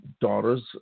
daughters